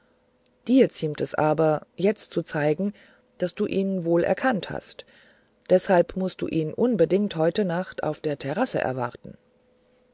dir geziemt es aber jetzt zu zeigen daß du ihn wohl erkannt hast deshalb mußt du ihn unbedingt heute nacht auf der terrasse erwarten